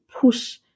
push